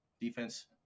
defense